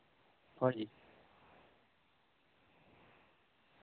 ᱦᱳᱭ